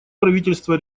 правительства